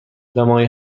دمای